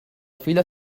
filla